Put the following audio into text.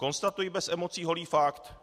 Konstatuji bez emocí holý fakt.